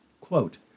quote